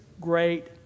great